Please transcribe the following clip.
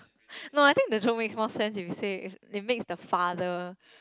no I think the joke makes more sense if you say it makes the father